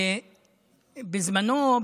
בזמנו,